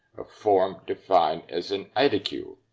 a form defined as an aedicule.